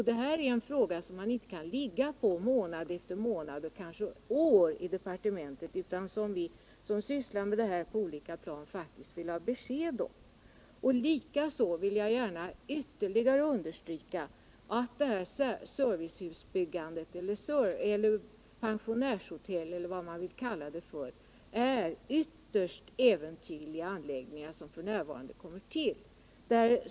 Detta är en fråga som man inte kan ligga på månad efter månad och kanske år i departementet, utan som vi som sysslar med detta på olika plan faktiskt vill ha besked om. Likaså vill jag gärna ytterligare understryka det ytterst äventyrliga som ligger i byggandet av dessa servicehus eller pensionärshotell eller vad man vill kalla dem.